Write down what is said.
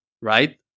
Right